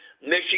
Michigan